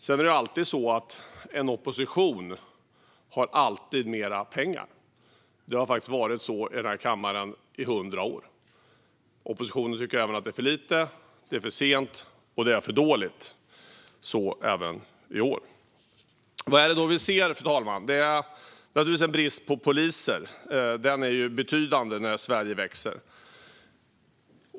Sedan är det så att en opposition alltid har mer pengar; så har det varit i den här kammaren i 100 år. Oppositionen tycker att det är för lite, för sent och för dåligt, så även i år. Vad är det då vi ser, fru talman? Det är naturligtvis en brist på poliser. Den är betydande när Sverige växer.